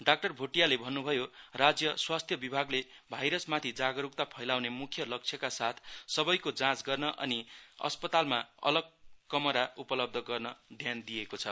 doctor भोटियाले भन्नुभयो राज्य स्वास्थ्य विभागले भाइरसमाथि जागरूकता फैलाउने मुख्य लक्ष्यका साथ सबैको जाँच अनि अस्पतालमा अलग कमरा उपलब्ध गर्नमा ध्यान दिएको छ